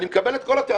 אני מקבל את כל הטענות,